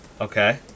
Okay